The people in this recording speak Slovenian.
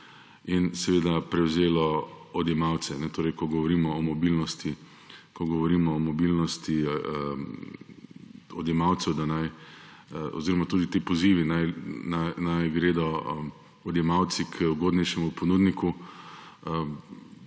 in seveda prevzelo odjemalce. Ko govorimo o mobilnosti oziroma tudi ti pozivi, naj gredo odjemalci k ugodnejšemu ponudniku,